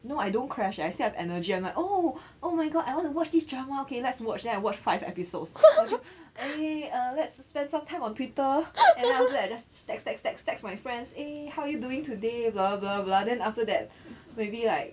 no I don't crash I still have energy I'm like oh oh my god I wanna watch this drama okay let's watch then I watch five episodes then 我就 eh err let's spend some time on twitter there just text text text text my friends eh how you doing today blah blah blah blah blah then after that maybe like